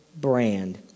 brand